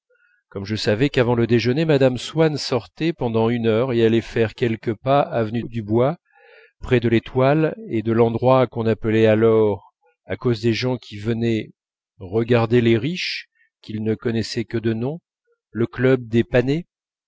comme je savais qu'avant le déjeuner mme swann sortait pendant une heure et allait faire quelques pas avenue du bois près de l'étoile et de l'endroit qu'on appelait alors à cause des gens qui venaient regarder les riches qu'ils ne connaissaient que de nom club